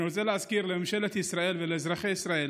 אני רוצה להזכיר לממשלת ישראל ולאזרחי ישראל